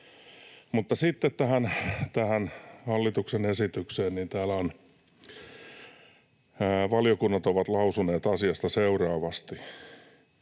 Mutta sitten tähän hallituksen esitykseen. Täällä on: ”Valiokunnat ovat lausuneet asiasta seuraavasti”,